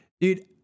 dude